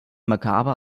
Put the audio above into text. makaber